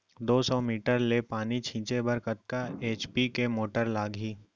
दो सौ मीटर ले पानी छिंचे बर कतका एच.पी के मोटर लागही?